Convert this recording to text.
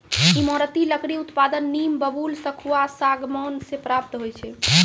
ईमारती लकड़ी उत्पादन नीम, बबूल, सखुआ, सागमान से प्राप्त होय छै